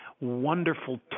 wonderful